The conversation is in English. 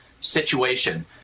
situation